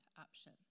option